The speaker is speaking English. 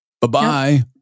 Bye-bye